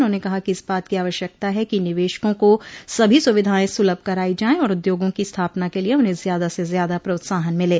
उन्होंने कहा कि इस बात की आवश्यकता है कि निवेशकों को सभी सुविधाएं सुलभ कराई जाये और उद्योगों की स्थापना के लिये उन्हें ज्यादा से ज्यादा प्रोत्साहन मिले